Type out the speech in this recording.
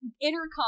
intercom